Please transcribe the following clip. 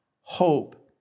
hope